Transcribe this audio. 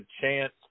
chance